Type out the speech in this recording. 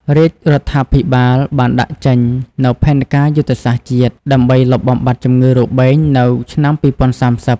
រាជរដ្ឋាភិបាលបានដាក់ចេញនូវផែនការយុទ្ធសាស្ត្រជាតិ ដើម្បីលុបបំបាត់ជំងឺរបេងនៅឆ្នាំ ២០៣០។